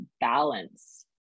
balance